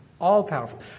all-powerful